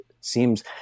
seems